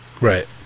Right